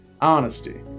Honesty